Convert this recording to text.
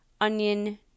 onion